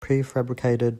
prefabricated